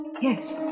Yes